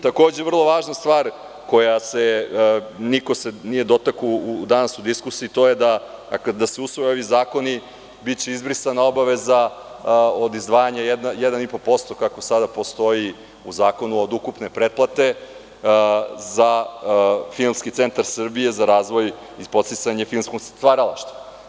Takođe, vrlo važna stvar koje se niko nije dotakao u diskusiji to je da se usvoje ovi zakoni biće izbrisana obaveza od izdvajanja 1,5% kako sada postoji u zakonu, od ukupne pretplate za Filmski centar Srbije, za razvoj i podsticaje filmskog stvaralaštva.